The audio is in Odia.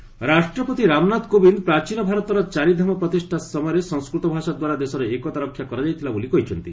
ପୁରୀ ରାଷ୍ଟ୍ରପତି ରାଷ୍ଟ୍ରପତି ରାମନାଥ କୋବିନ୍ଦ ପ୍ରାଚୀନ ଭାରତର ଚାରିଧାମ ପ୍ରତିଷ୍ଠା ସମୟରେ ସଂସ୍କୃତ ଭାଷା ଦ୍ୱାରା ଦେଶର ଏକତା ରକ୍ଷା କରାଯାଇଥିଲା ବୋଲି କହିଚ୍ଚନ୍ତି